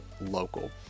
local